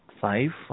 five